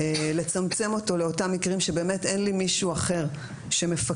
לצמצם אותו לאותם מקרים שבאמת אין לי מישהו אחר שמפקח,